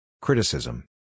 Criticism